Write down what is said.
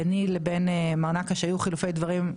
ביני לבין מר נקש היו חילופי דברים,